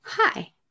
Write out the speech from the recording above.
Hi